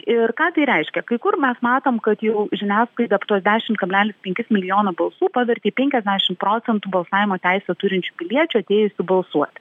ir ką tai reiškia kai kur mes matom kad jau žiniasklaida tuos dešimt kablelis penki milijono balsų pavertė į penkiasdešimt procentų balsavimo teisę turinčių piliečių atėjusių balsuoti